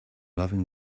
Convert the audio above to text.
loving